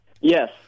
Yes